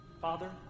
Father